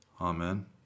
Amen